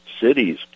Cities